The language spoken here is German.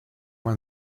man